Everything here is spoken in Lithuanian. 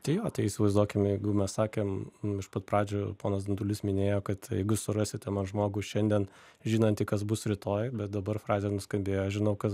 tai jo tai įsivaizduokime jeigu mes sakėm iš pat pradžių ponas dundulis minėjo kad jeigu surasite man žmogų šiandien žinantį kas bus rytoj bet dabar frazė nuskambėjo žinau kas